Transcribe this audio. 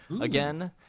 again